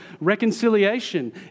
reconciliation